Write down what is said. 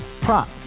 Prop